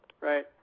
Right